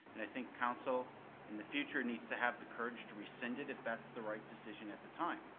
and i think council in the future needs to have the courage to rescind it if that's the right decision at the time.